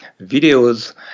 videos